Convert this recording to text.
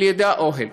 ולידה אוהל,